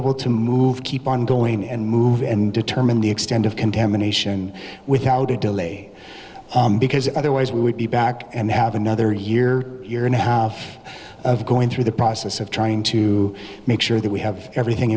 able to move keep on going and move and determine the extent of contamination without a delay because otherwise we would be back and have another year year and a half of going through the process of trying to make sure that we have everything